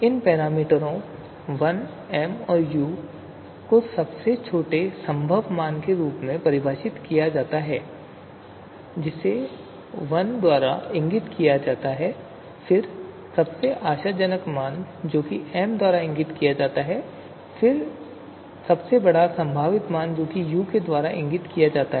इन पैरामीटरों l m और u को सबसे छोटे संभव मान के रूप में परिभाषित किया जाता है जिसे l द्वारा इंगित किया जाता है फिर सबसे आशाजनक मान जो m द्वारा इंगित किया जाता है और फिर सबसे बड़ा संभावित मान जो u द्वारा इंगित किया जाता है